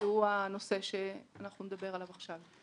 שהוא הנושא שאנחנו נדבר עליו עכשיו.